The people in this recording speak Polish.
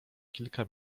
kilka